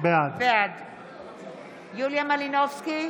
בעד יוליה מלינובסקי,